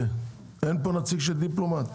אין פה נציג של דיפלומט?